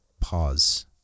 pause